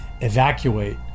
evacuate